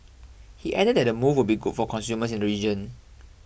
he added that the move will be good for consumers in the region